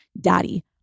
daddy